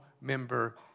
member